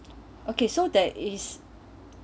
okay so that is